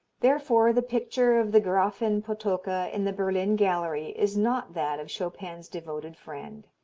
therefore the picture of the grafin potocka in the berlin gallery is not that of chopin's devoted friend.